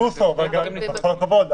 כל הכבוד,